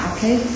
Okay